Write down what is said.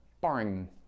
barring